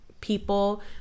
People